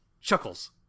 chuckles